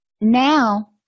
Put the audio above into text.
now